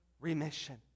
remission